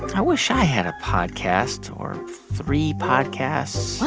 i wish i had a podcast or three podcasts what?